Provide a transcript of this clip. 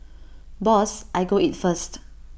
boss I go eat first